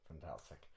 Fantastic